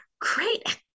great